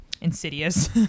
insidious